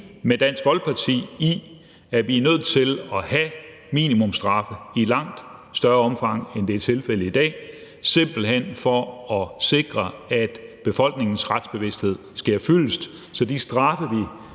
med Dansk Folkeparti i, at vi er nødt til at have minimumsstraffe i langt større omfang, end det er tilfældet i dag, simpelt hen for at sikre, at befolkningens retsbevidsthed respekteres, så de straffe, vi